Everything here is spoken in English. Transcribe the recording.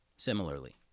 Similarly